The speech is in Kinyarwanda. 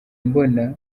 mbona